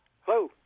Hello